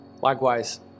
Likewise